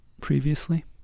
previously